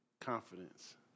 Confidence